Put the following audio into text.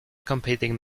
competing